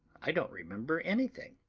i don't remember anything.